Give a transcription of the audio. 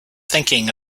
thinking